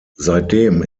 seitdem